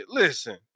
listen